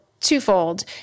twofold